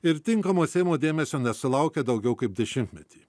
ir tinkamo seimo dėmesio nesulaukia daugiau kaip dešimtmetį